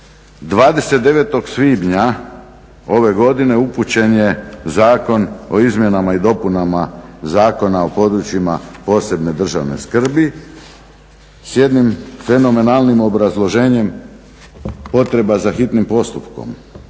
29. svibnja ove godine upućen je Zakon o izmjenama i dopunama Zakona o područjima posebne državne skrbi s jednim fenomenalnim obrazloženjem potreba za hitnim postupkom